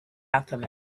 alchemist